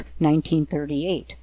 1938